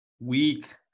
Weak